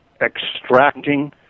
extracting